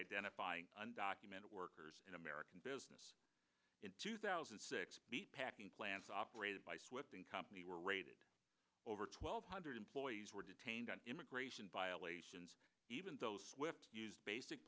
identifying undocumented workers in american business in two thousand and six meatpacking plants operated by swift and company were raided over twelve hundred employees were detained on immigration violations even though swift used basic